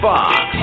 Fox